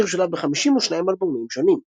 השיר שולב ב-52 אלבומים שונים.